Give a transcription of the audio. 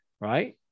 Right